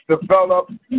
develop